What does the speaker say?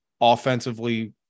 offensively